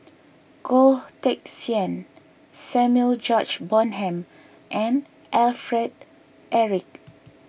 Goh Teck Sian Samuel George Bonham and Alfred Eric